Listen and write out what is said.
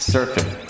Surfing